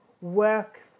work